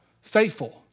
Faithful